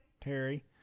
Terry